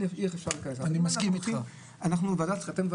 אי אפשר להיכנס לפרטים.